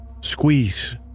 squeeze